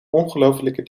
ongelooflijke